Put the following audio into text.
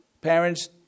Parents